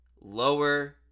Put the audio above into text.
Lower